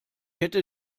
hätte